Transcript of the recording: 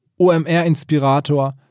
OMR-Inspirator